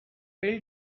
bill